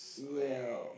ya